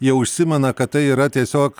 jau užsimena kad tai yra tiesiog